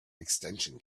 extension